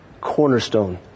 cornerstone